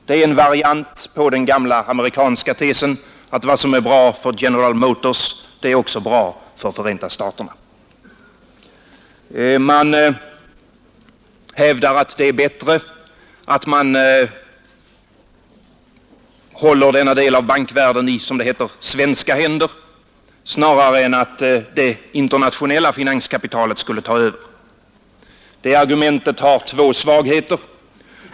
Det är en variant på den gamla amerikanska tesen att vad som är bra för General Motors också är bra för Förenta staterna. Man hävdar att det är bättre att man håller denna del av bankvärlden i, som det heter, svenska händer än att det internationella finanskapitalet skulle ta över. Det argumentet har två svagheter.